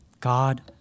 God